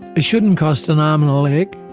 it shouldn't cost an arm and a leg.